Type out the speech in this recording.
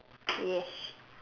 yes